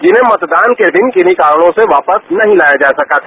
जिन्हें मतदान के दिन किन्ही कारणों से वापस नही जाया जा सकता था